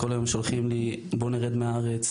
כל היום שולחים לי: בוא נרד מהארץ.